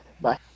Bye